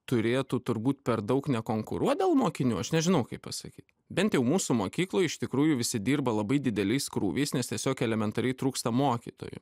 turėtų turbūt per daug nekonkuruot dėl mokinių aš nežinau kaip pasakyt bent jau mūsų mokykloj iš tikrųjų visi dirba labai dideliais krūviais nes tiesiog elementariai trūksta mokytojų